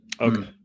Okay